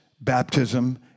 baptism